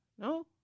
No